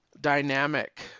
dynamic